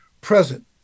present